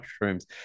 mushrooms